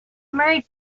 married